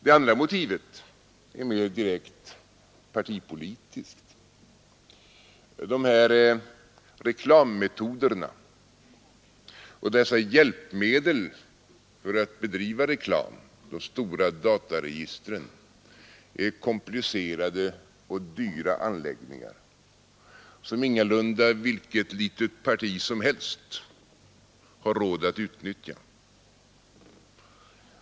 Det andra motivet är mera direkt partipolitiskt. De reklammetoder och hjälpmedel för att bedriva reklam som användes, de stora dataregistren, är komplicerade och dyra anläggningar, som ingalunda vilket litet parti som helst har råd att utnyttja.